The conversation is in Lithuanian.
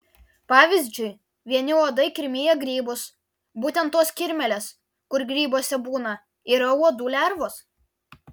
pavyzdžiui vieni uodai kirmija grybus būtent tos kirmėlės kur grybuose būna yra uodų lervos